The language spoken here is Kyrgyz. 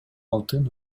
алтын